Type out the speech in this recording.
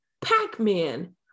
Pac-Man